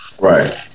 right